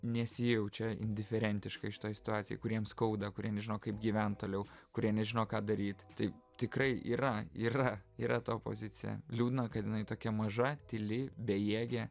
nesijaučia indiferentiškai šitoj situacijoj kuriems skauda kurie nežino kaip gyventi toliau kurie nežino ką daryt tai tikrai yra yra yra ta opozicija liūdna kad jinai tokia maža tyli bejėgė